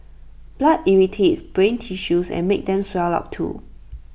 blood irritates brain tissues and makes them swell up too